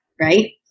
right